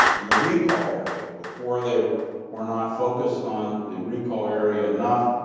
and the recall area. before they were not focused on the recall area enough,